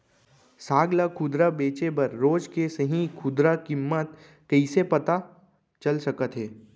साग ला खुदरा बेचे बर रोज के सही खुदरा किम्मत कइसे पता चल सकत हे?